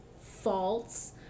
faults